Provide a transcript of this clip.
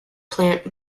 plant